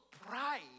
pride